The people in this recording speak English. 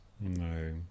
No